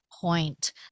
point